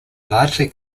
largely